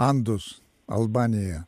andus albanija